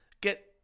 get